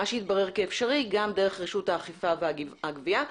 מה שהתברר כאפשרי גם לדברי רשות האכיפה והגבייה,